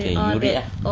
eh you read ah